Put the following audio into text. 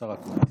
השר אקוניס.